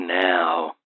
now